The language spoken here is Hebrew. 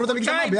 חודשיים לפני